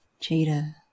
Jada